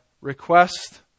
request